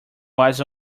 was